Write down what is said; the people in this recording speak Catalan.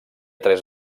tres